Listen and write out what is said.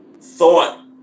thought